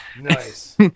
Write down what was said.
Nice